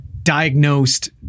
diagnosed